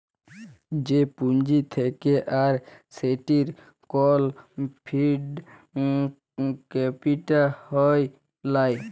যে পুঁজি থাক্যে আর সেটির কল ফিক্সড ক্যাপিটা হ্যয় লায়